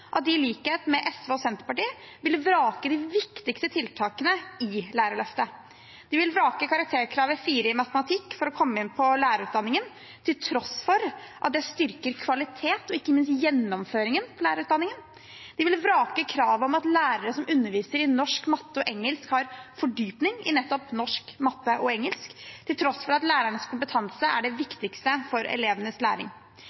at de, i likhet med SV og Senterpartiet, ville vrake de viktigste tiltakene i lærerløftet. De ville vrake karakterkravet 4 i matematikk for å komme inn på lærerutdanningen, til tross for at det styrker kvaliteten og ikke minst gjennomføringen på lærerutdanningen. De ville vrake kravet om at lærere som underviser i norsk, matte og engelsk, har fordypning i nettopp norsk, matte og engelsk, til tross for at lærernes kompetanse er det viktigste for elevenes læring.